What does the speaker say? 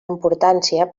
importància